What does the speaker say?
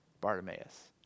Bartimaeus